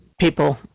People